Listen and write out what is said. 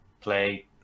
play